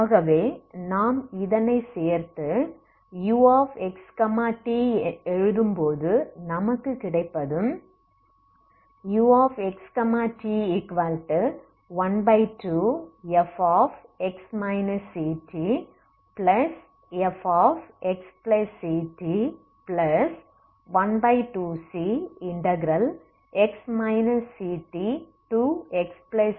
ஆகவே நாம் இதனை சேர்த்து uxt எழுதும்போது நமக்கு கிடைப்பது uxt 12fx ctfxct12cx ctxctgsds